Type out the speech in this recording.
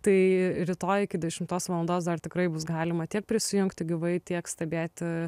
tai rytoj iki dešimtos valandos dar tikrai bus galima tiek prisijungti gyvai tiek stebėti